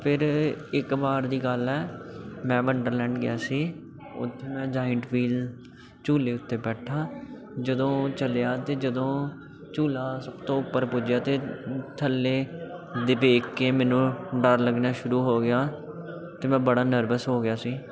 ਫਿਰ ਇੱਕ ਵਾਰ ਦੀ ਗੱਲ ਹੈ ਮੈਂ ਵੰਡਰਲੈਂਡ ਗਿਆ ਸੀ ਉੱਥੇ ਮੈਂ ਵੀਲ ਝੂਲੇ ਉੱਤੇ ਬੈਠਾ ਜਦੋਂ ਚੱਲਿਆ ਅਤੇ ਜਦੋਂ ਝੂਲਾ ਸਭ ਤੋਂ ਉੱਪਰ ਪੁੱਜਿਆ ਤਾਂ ਥੱਲੇ ਵੇਖ ਕੇ ਮੈਨੂੰ ਡਰ ਲੱਗਣਾ ਸ਼ੁਰੂ ਹੋ ਗਿਆ ਅਤੇ ਮੈਂ ਬੜਾ ਨਰਵਸ ਹੋ ਗਿਆ ਸੀ